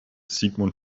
sigmund